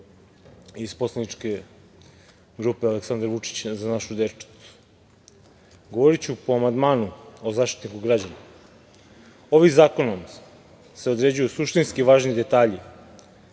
iz poslaničke grupe Aleksandar Vučić – Za našu decu. Govoriću o amandmanu o Zaštitniku građana. Ovim zakonom se uređuju suštinski važni detalji